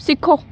ਸਿੱਖੋ